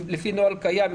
לפי נוהל קיים.